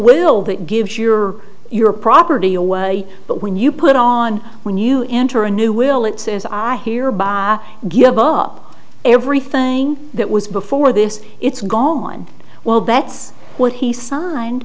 will that gives your your property away but when you put it on when you enter a new will it says i hereby give up everything that was before this it's gone well that's what he signed